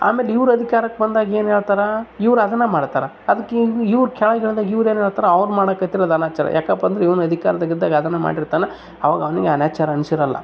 ಆಮೇಲೆ ಇವ್ರು ಅಧಿಕಾರಕ್ ಬಂದಾಗ ಏನು ಹೇಳ್ತಾರ ಇವ್ರು ಅದನ್ನು ಮಾಡ್ತಾರಾ ಅದಕ್ಕೆ ಇವ್ರು ಕೆಳಗಿಳ್ದಾಗ ಇವ್ರು ಏನು ಹೇಳ್ತಾರ ಅವ್ರು ಮಾಡೋಕತ್ತಿರೋದ್ ಅನಾಚಾರ ಯಾಕಪ್ಪ ಅಂದ್ರೆ ಇವ್ನು ಅಧಿಕಾರ್ದಗ್ ಇದ್ದಾಗ ಅವರು ಅದನ್ನೆ ಮಾಡಿರ್ತಾನೆ ಅವ್ನಿಗೆ ಅನಾಚಾರ ಅನ್ಸಿರೋಲ್ಲ